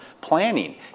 planning